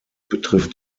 betrifft